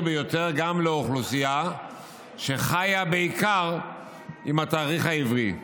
ביותר גם לאוכלוסייה שחיה בעיקר עם התאריך העברי.